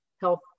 health